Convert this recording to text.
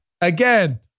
again